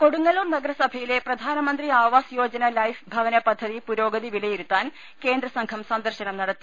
കൊടുങ്ങല്ലൂർ നഗരസഭയിലെ പ്രധാനമന്ത്രി ആവാസ് യോജന ലൈഫ് ഭവന പദ്ധതി പുരോഗതി വിലയിരുത്താൻ കേന്ദ്ര സംഘം സന്ദർശനം നടത്തി